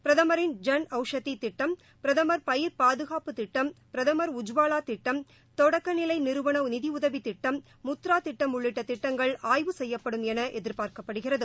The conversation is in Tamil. பிரதமரின் ஜன் அவ்ஷதி திட்டம் பிரதமர் பயிர் பாதுகாப்பு திட்டம் பிரதமர் உஜ்வாவா திட்டம் தொடக்க நிலை நிறுவள நிதி உதவி திட்டம் முத்ரா திட்டம் உள்ளிட்ட திட்டங்கள் ஆய்வு செய்யப்படும் என எதிர்பார்க்கப்படுகிறது